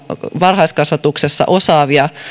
varhaiskasvatuksessa osaavia